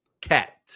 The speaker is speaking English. cat